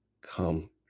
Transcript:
come